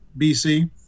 BC